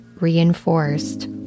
reinforced